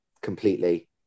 completely